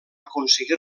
aconseguí